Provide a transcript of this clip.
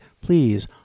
Please